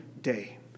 day